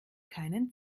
keinen